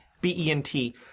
B-E-N-T